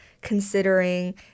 considering